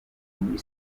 muri